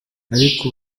ariko